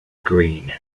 green